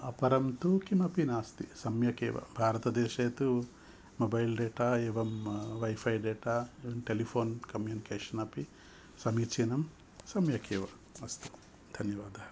अपरं तु किमपि नास्ति सम्यगेव भारतदेशे तु मोबैल् डेटा एवम् वैफै डेटा टेलिफोन् कम्यूनिकेशन् अपि समीचीनम् सम्यगेव अस्तु धन्यवादाः